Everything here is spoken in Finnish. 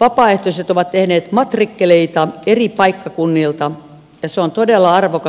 vapaaehtoiset ovat tehneet matrikkeleita eri paikkakunnilta ja se on todella arvokasta historiaa